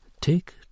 take